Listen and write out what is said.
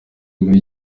muri